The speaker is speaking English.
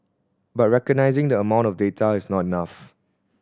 but recognising the amount of data is not enough